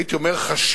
הייתי אומר חשיבה